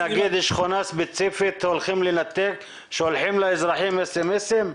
בשכונה ספציפית שהולכים לנתק, שולחים לאזרחים SMS?